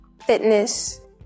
Fitness